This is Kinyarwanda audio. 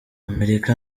amerika